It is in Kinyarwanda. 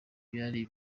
byari